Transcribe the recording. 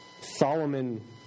Solomon